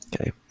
Okay